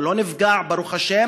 הוא לא נפגע, ברוך השם,